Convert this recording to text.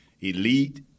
elite